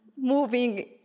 moving